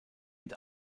mit